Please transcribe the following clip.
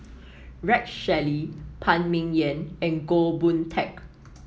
Rex Shelley Phan Ming Yen and Goh Boon Teck